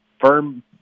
firm